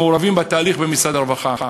המעורבים בתהליך במשרד הרווחה.